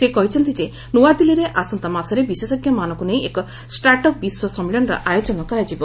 ସେ କହିଛନ୍ତି ଯେ ନୂଆଦିଲ୍ଲୀ ଆସନ୍ତାମାସରେ ବିଶେଷଜ୍ଞମାନଙ୍କୁ ନେଇ ଏକ ଷ୍ଟାର୍ଟ ଅପ୍ ବିଶ୍ୱ ସମ୍ମିଳନୀର ଆୟୋଜନ କରାଯିବ